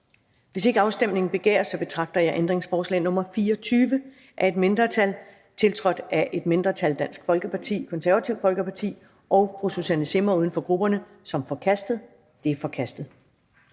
Hvis ikke afstemning begæres, betragter jeg ændringsforslag nr. 24 af et mindretal (V), tiltrådt af et mindretal (DF, KF og Susanne Zimmer (UFG)), som forkastet. Det er forkastet.